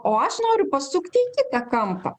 o aš noriu pasukti į kampą